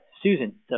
Susan